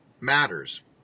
matters